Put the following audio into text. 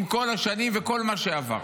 עם כל השנים וכל מה שעבר,